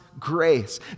Grace